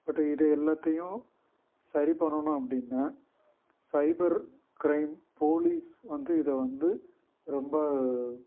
but இதை எல்லாத்தையும் சரி பண்ணனும் அப்படின்னா சைபர் க்ரைம் போலீஸ் வந்து இதை வந்து ரொம்ப